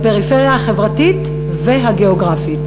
בפריפריה החברתית והגיאוגרפית.